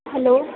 hello